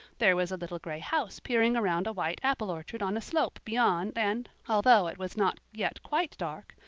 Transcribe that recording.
there was a little gray house peering around a white apple orchard on a slope beyond and, although it was not yet quite dark,